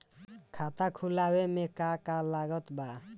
खाता खुलावे मे का का लागत बा?